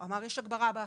אמר יש הגברה באכיפה,